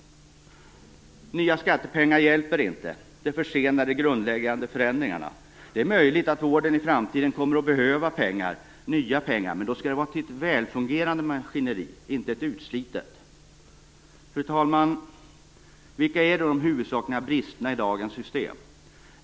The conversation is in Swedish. Nya skattepengar hjälper inte - de försenar de nödvändiga grundläggande förändringarna. Det är möjligt att vården i framtiden kommer att behöva pengar, nya pengar, men då skall de gå till ett väl fungerande maskineri, inte ett utslitet. Fru talman! Vilka är då de huvudsakliga bristerna i dagens system?